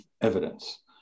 evidence